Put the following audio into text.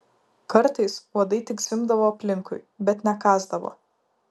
kartais uodai tik zvimbdavo aplinkui bet nekąsdavo